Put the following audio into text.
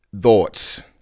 thoughts